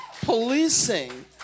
policing